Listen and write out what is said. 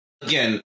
again